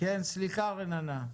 תודה רבה.